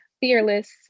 fearless